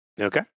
Okay